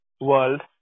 world